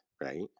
right